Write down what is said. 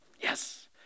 Yes